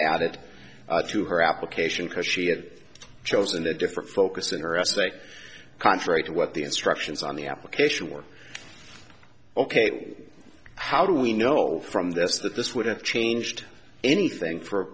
added to her application because she had chosen a different focus in her essay contrary to what the instructions on the application were ok how do we know from this that this would have changed anything for